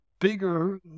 bigger